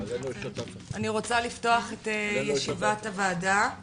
אני רוצה לפתוח את ישיבת הוועדה.